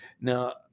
Now